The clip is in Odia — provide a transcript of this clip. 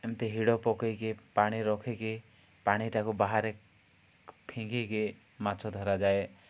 ଏମିତି ହିଡ଼ ପକାଇକି ପାଣି ରଖିକି ପାଣି ତାକୁ ବାହାରେ ଫିଙ୍ଗିକି ମାଛ ଧରାଯାଏ